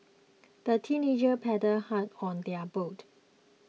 the teenagers paddled hard on their boat